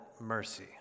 mercy